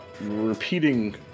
repeating